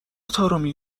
طارمی